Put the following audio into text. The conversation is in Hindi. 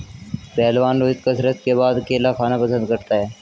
पहलवान रोहित कसरत के बाद केला खाना पसंद करता है